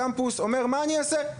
הקמפוס אומר מה אני אעשה.